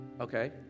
okay